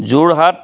Jorhat